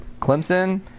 Clemson